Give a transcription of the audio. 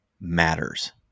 matters